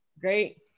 Great